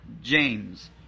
James